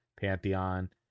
pantheon